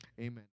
Amen